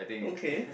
okay